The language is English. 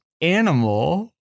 Animal